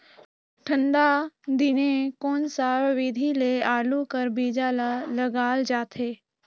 ठंडा दिने कोन सा विधि ले आलू कर बीजा ल लगाल जाथे?